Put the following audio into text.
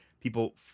People